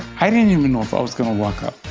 i didn't even know if i was going to walk out.